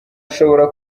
ashobora